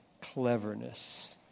cleverness